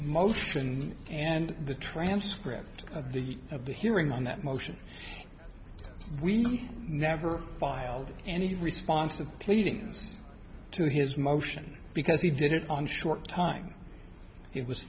motions and the transcript of the of the hearing on that motion we never filed any response of pleadings to his motion because he did it on short time it was